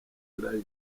life